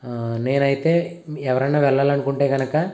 నేనైతే ఎవరైనా వెళ్ళాలి అనుకుంటే కనుక